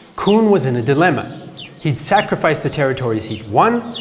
kun was in a dilemma. he had sacrificed the territories he had won,